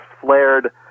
flared